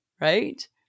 right